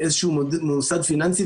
איזשהו מוסד פיננסי,